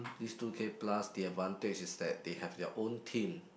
this two K plus the advantage is that they have their own team